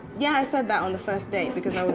yeah, i said that on the first day because